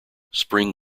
spring